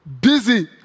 busy